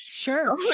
Sure